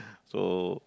so